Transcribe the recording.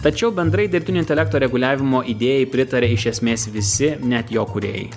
tačiau bendrai dirbtinio intelekto reguliavimo idėjai pritaria iš esmės visi net jo kūrėjai